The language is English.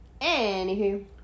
Anywho